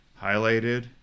highlighted